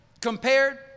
compared